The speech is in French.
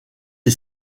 est